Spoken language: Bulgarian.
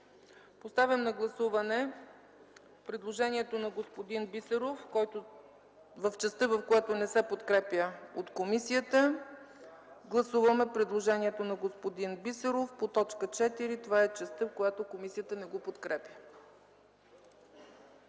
Поставям на гласуване предложението на господин Бисеров в частта, в която не се подкрепя от комисията. Гласуваме предложението на господин Бисеров по т. 4 – това е частта, в която комисията не го подкрепя.